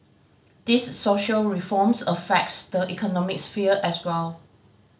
these social reforms affects the economic sphere as well